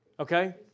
Okay